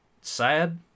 sad